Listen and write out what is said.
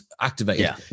activated